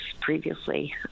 previously